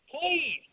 Please